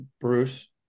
Bruce